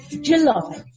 July